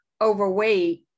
overweight